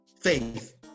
faith